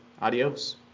Adios